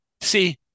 See